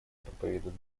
проповедует